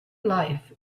life